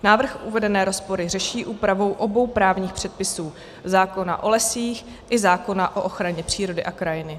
Návrh uvedené rozpory řeší úpravou obou právních předpisů zákona o lesích i zákona o ochraně přírody a krajiny.